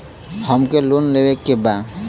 हमके लोन लेवे के बा?